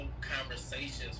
conversations